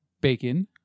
bacon